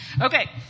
Okay